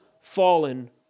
fallen